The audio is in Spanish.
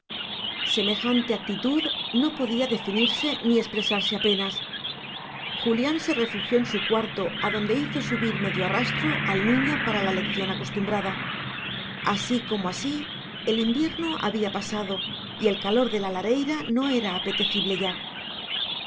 semejante actitud no podía definirse ni expresarse apenas julián se refugió en su cuarto adonde hizo subir medio arrastro al niño para la lección acostumbrada así como así el invierno había pasado y el calor de la lareira no era apetecible ya